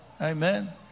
Amen